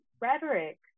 rhetoric